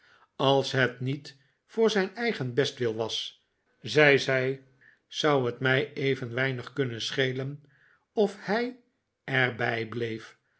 ais het niet voor zijn eigen bestwil was zei zij zou het mij even weinig kunnen schelen of hij er bij